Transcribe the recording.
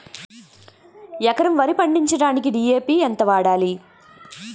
ఎకరం వరి పండించటానికి డి.ఎ.పి ఎంత వాడాలి?